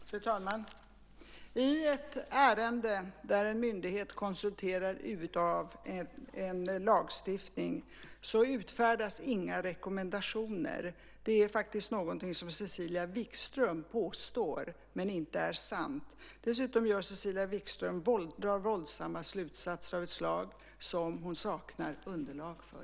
Fru talman! I ett ärende där en myndighet konsulterar UD i tolkningen av en lagstiftning utfärdas inga rekommendationer. Det är någonting som Cecilia Wigström påstår, men det är inte sant. Dessutom drar Cecilia Wigström våldsamma slutsatser av ett slag som hon saknar underlag för.